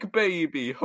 baby